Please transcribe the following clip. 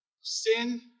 sin